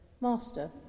Master